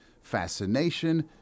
fascination